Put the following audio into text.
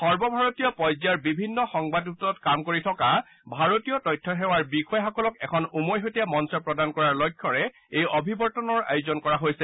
সৰ্বভাৰতীয় পৰ্যায়ৰ বিভিন্ন সংবাদ গোটত কাম কৰি থকা ভাৰতীয় তথ্য সেৱাৰ বিষয়াসকলক এখন উমৈহতীয়া মঞ্চ প্ৰদান কৰাৰ লক্ষ্যৰে এই অভিৱৰ্তনৰ আয়োজন কৰা হৈছে